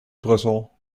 brussel